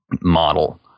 model